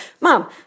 Mom